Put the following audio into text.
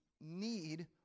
need